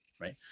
right